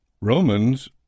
Romans